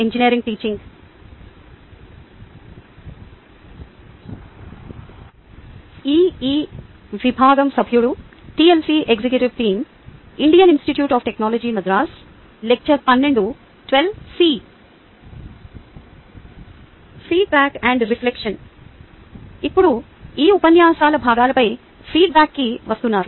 ఇప్పుడు మీ ఉపన్యాసాల భాగాలపై ఫీడ్బ్యాక్కి వస్తున్నారు